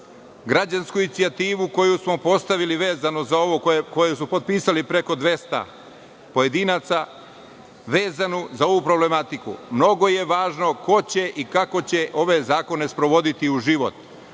građansku inicijativu, koju je potpisalo preko 200 pojedinaca, vezanu za ovu problematiku. Mnogo je važno ko će i kako će ove zakone sprovoditi u život.